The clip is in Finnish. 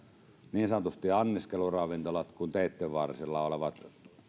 niin sanotusti anniskeluravintolat kuin teitten varsilla olevat